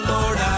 Lord